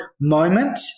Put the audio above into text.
moment